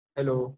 Hello